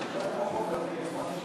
הפנים.